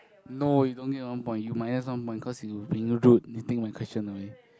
no you don't get one point you minus one point cause you being rude you steal my question away